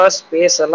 space